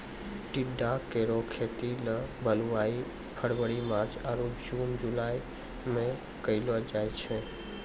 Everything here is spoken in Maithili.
टिंडा केरो खेती ल बुआई फरवरी मार्च आरु जून जुलाई में कयलो जाय छै